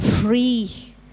free